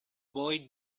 boy